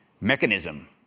mechanism